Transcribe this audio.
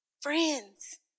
Friends